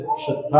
przed